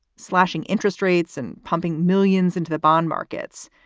slashing interest rates and pumping millions into the bond markets.